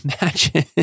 imagine